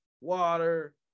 water